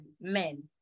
men